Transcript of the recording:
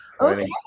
Okay